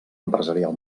empresarial